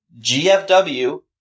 GFW